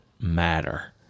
matter